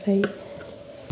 ओमफ्राय